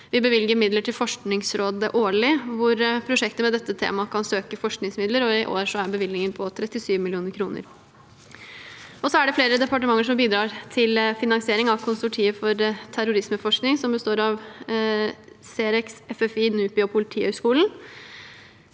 Vi bevilger midler til Forskningsrådet årlig, hvor prosjekter med dette temaet kan søke forskningsmidler. I år er bevilgningen på 37 mill. kr. Det er flere departementer som bidrar til finansiering av konsortiet for terrorismeforskning, som består av C-REX, FFI, NUPI og Politihøgskolen.